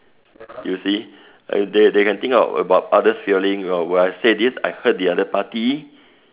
you see they they can think of about others feelings oh when I said this I hurt the other party